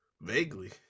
Vaguely